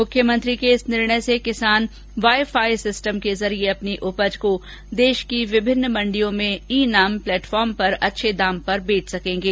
मख्यमंत्री के इस निर्णय से किसान वाई फाई सिस्टम के जरिये अपनी उपज को देश की विभिन्न मंडियों में इ नाम प्लेटफार्म पर अच्छे दाम पर बेच सकेंगे